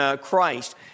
Christ